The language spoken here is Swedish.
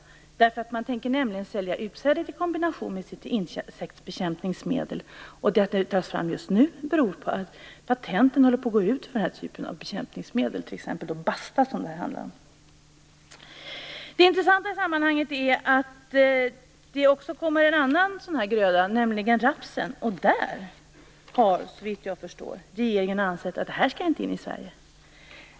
Man tänker nämligen sälja utsädet i kombination med sitt insektsbekämpningsmedel. Att det här tas fram just nu beror på att patentet för den typ av bekämpningsmedel, t.ex. Basta, som det handlar om här håller på att gå ut. Det intressanta i sammanhanget är att det också kommer en annan sådan här gröda - nämligen raps. Men såvitt jag förstår har regeringen ansett att den inte skall in i Sverige.